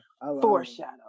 Foreshadow